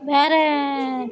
வேறு